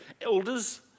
elders